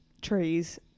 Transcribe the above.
trees